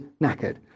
knackered